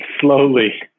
Slowly